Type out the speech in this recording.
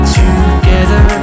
together